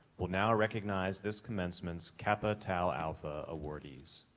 will now recognize this commencement's kappa tau alpha awardees.